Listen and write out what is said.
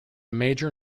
major